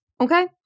Okay